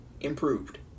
improved